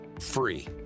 free